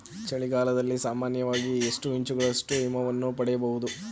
ಚಳಿಗಾಲದಲ್ಲಿ ಸಾಮಾನ್ಯವಾಗಿ ಎಷ್ಟು ಇಂಚುಗಳಷ್ಟು ಹಿಮವನ್ನು ಪಡೆಯಬಹುದು?